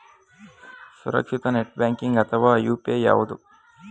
ಸುರಕ್ಷಿತ net banking ಅಥವಾ UPI ಯಾವುದು?